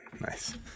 Nice